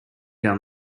down